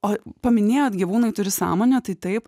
o paminėjot gyvūnai turi sąmonę tai taip